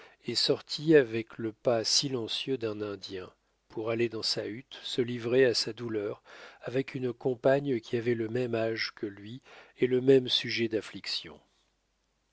et sortit avec le pas silencieux d'un indien pour aller dans sa hutte se livrer à sa douleur avec une compagne qui avait le même âge que lui et le même sujet d'affliction